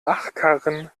achkarren